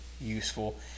useful